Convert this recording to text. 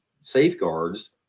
safeguards